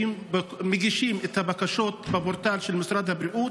מגישים את הבקשות בפורטל של משרד הבריאות,